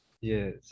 Yes